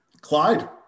clyde